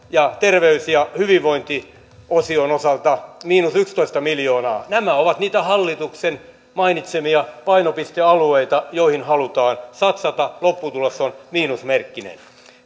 ja terveys ja hyvinvointiosion osalta miinus yksitoista miljoonaa nämä ovat niitä hallituksen mainitsemia painopistealueita joihin halutaan satsata lopputulos on miinusmerkkinen